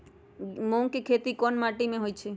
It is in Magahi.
मूँग के खेती कौन मीटी मे होईछ?